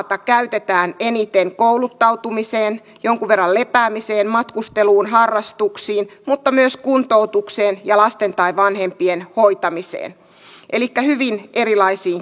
vuorotteluvapaata käytetään eniten kouluttautumiseen jonkun verran lepäämiseen matkusteluun harrastuksiin mutta myös kuntoutukseen ja lasten tai vanhempien hoitamiseen elikkä hyvin erilaisiin käyttötarkoituksiin